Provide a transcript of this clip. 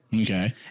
Okay